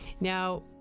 Now